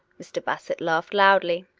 mr. bassett laughed loudly.